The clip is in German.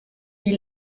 wie